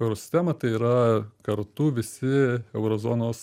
euro sistema tai yra kartu visi euro zonos